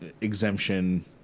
exemption